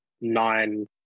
nine